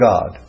God